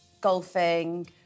golfing